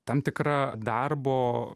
tam tikra darbo